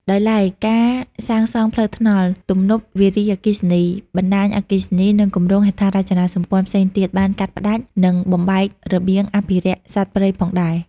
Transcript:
ដោយឡែកការសាងសង់ផ្លូវថ្នល់ ទំនប់វារីអគ្គិសនី បណ្តាញអគ្គិសនី និងគម្រោងហេដ្ឋារចនាសម្ព័ន្ធផ្សេងទៀតបានកាត់ផ្តាច់ និងបំបែករបៀងអភិរក្សសត្វព្រៃផងដែរ។